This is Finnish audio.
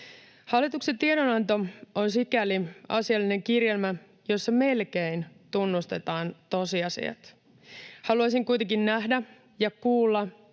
Hallituksen tiedonanto on sikäli asiallinen kirjelmä, että siinä melkein tunnustetaan tosiasiat. Haluaisin kuitenkin nähdä ja kuulla,